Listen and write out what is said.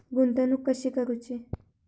गुंतवणूक कशी करूची?